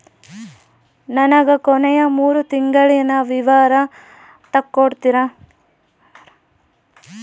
ನನಗ ಕೊನೆಯ ಮೂರು ತಿಂಗಳಿನ ವಿವರ ತಕ್ಕೊಡ್ತೇರಾ?